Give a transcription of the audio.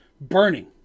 burning